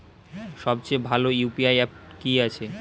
সবচেয়ে ভালো ইউ.পি.আই অ্যাপটি কি আছে?